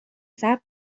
صبر